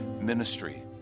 ministry